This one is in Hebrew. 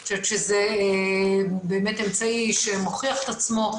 אני חושבת שזה באמת אמצעי שמוכיח את עצמו.